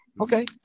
Okay